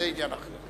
זה עניין אחר,